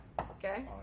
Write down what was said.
okay